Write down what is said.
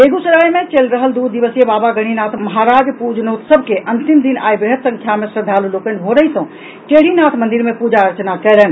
बेगूसराय मे चलि रहल दू दिवसीय बाबा गणिनाथ महाराज पूजनोत्सव के अंतिम दिन आई वृहत संख्या मे श्रद्धालु लोकनि भोरहिँ सँ टेढ़ीनाथ मंदिर मे पूजा अर्चना कऽ रहल छथि